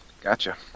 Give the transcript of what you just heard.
Gotcha